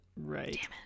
Right